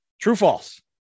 True-false